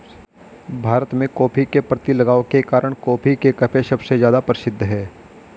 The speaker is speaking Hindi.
भारत में, कॉफ़ी के प्रति लगाव के कारण, कॉफी के कैफ़े सबसे ज्यादा प्रसिद्ध है